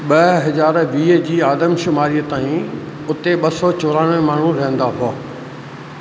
ॿ हज़ार वीह जे आदमशुमारीअ ताई उते ॿ सौ चोराणनवे माण्हू रहंदा हुआ